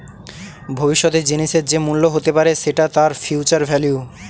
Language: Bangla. ভবিষ্যতের জিনিসের যে মূল্য হতে পারে সেটা তার ফিউচার ভেল্যু